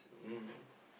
um